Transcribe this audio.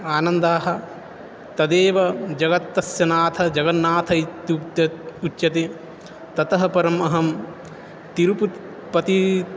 आनन्दः तदेव जगतः नाथः जगन्नाथः इत्युक्त उच्यते ततः परम् अहं तिरुपतिः पतिः